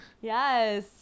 Yes